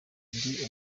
ndi